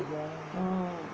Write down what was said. mm